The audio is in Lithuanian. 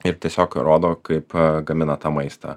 ir tiesiog rodo kaip gamina tą maistą